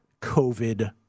COVID